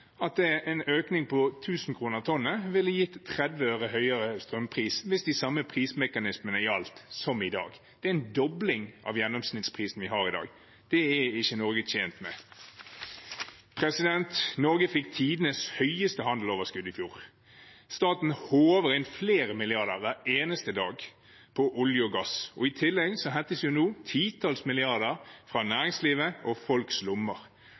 at en økning på 1 000 kr per tonn ville gitt 30 øre høyere strømpris, hvis de samme prismekanismene gjaldt som i dag. Det er en dobling av gjennomsnittsprisen vi har i dag. Det er ikke Norge tjent med. Norge fikk tidenes høyeste handelsoverskudd i fjor. Staten håver inn flere milliarder hver eneste dag på olje og gass. I tillegg hentes nå titalls milliarder fra næringslivet og folks lommer.